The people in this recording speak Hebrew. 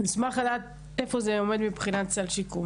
נשמח לדעת איפה זה עומד מבחינת סל שיקום.